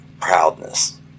proudness